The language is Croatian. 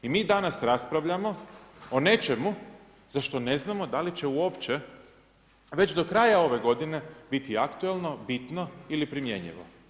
I mi danas raspravljamo o nečemu za što ne znamo da li će uopće već do kraja ove godine biti aktualno bitno ili primjenjivo.